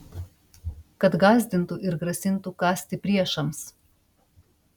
kad gąsdintų ir grasintų kąsti priešams